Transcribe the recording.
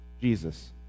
Jesus